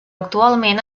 actualment